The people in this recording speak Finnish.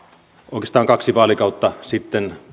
oikeastaan kaksi vaalikautta sitten